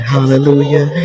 Hallelujah